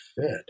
fit